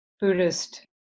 Buddhist